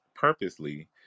purposely